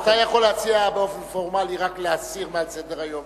אתה יכול להציע באופן פורמלי רק להסיר מסדר-היום.